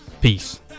Peace